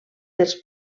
dels